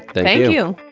thank you